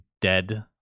dead